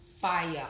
fire